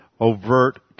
overt